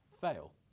fail